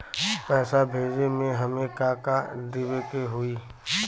पैसा भेजे में हमे का का देवे के होई?